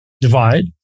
divide